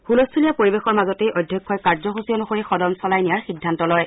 হুলস্থূলীয়া পৰিৱেশৰ মাজতেই অধ্যক্ষই কাৰ্যসূচী অনুসৰি সদন চলাই নিয়াৰ সিদ্ধান্ত লয়